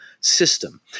system